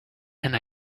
and